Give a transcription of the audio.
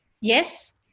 Yes